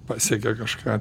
pasiekia kažką tai